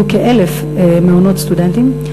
יהיו כ-1,000 מעונות סטודנטים.